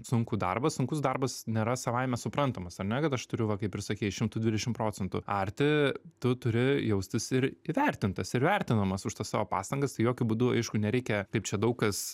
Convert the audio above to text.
sunkų darbą sunkus darbas nėra savaime suprantamas ar ne kad aš turiu va kaip ir sakei šimtu dvidešim procentų arti tu turi jaustis ir įvertintas ir vertinamas už tas savo pastangas tai jokiu būdu aišku nereikia kaip čia daug kas